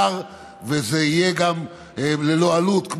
זה הוכר וזה גם יהיה ללא עלות,